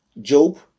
Job